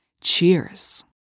Cheers